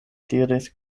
diris